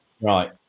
Right